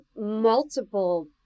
multiple